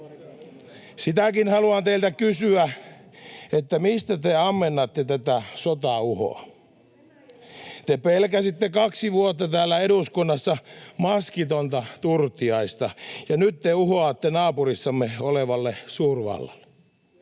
Sitäkin haluan teiltä kysyä, mistä te ammennatte tätä sotauhoa. Te pelkäsitte kaksi vuotta täällä eduskunnassa maskitonta Turtiaista, ja nyt te uhoatte naapurissamme olevalle suurvallalle.